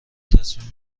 تصمیم